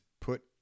put